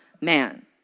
man